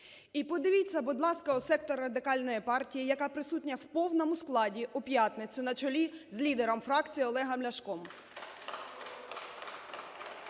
І подивіться, будь ласка, у сектор Радикальної партії, яка присутня в повному складі у п’ятницю на чолі з лідером фракції Олегом Ляшком. Відчуйте